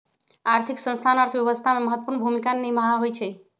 आर्थिक संस्थान अर्थव्यवस्था में महत्वपूर्ण भूमिका निमाहबइ छइ